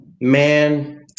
Man